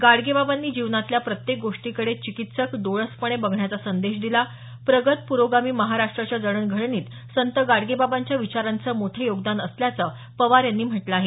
गाडगेबाबांनी जीवनातल्या प्रत्येक गोष्टीकडे चिकित्सक डोळसपणे बघण्याचा संदेश दिला प्रगत पुरोगामी महाराष्ट्राच्या जडणघडणीत संत गाडगेबाबांच्या विचारांचं मोठे योगदान असल्याचं पवार यांनी म्हटलं आहे